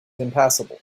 impassable